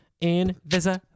invisible